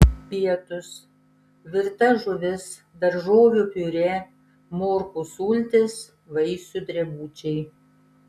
pietūs virta žuvis daržovių piurė morkų sultys vaisių drebučiai